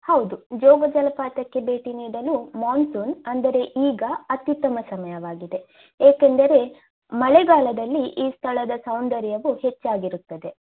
ಹೌದು ಜೋಗ ಜಲಪಾತಕ್ಕೆ ಭೇಟಿ ನೀಡಲು ಮಾನ್ಸೂನ್ ಅಂದರೆ ಈಗ ಅತ್ಯುತ್ತಮ ಸಮಯವಾಗಿದೆ ಏಕೆಂದರೆ ಮಳೆಗಾಲದಲ್ಲಿ ಈ ಸ್ಥಳದ ಸೌಂದರ್ಯವು ಹೆಚ್ಚಾಗಿರುತ್ತದೆ